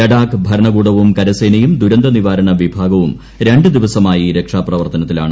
ലഡാക്ക് ഭരണകൂടവും കരസേനയും ദുരന്ത നിവാരണ വിഭാഗവും രണ്ടു ദിവസമായി രക്ഷാപ്രവർത്തനത്തിലാണ്